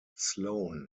sloan